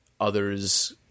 others